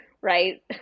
Right